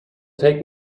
take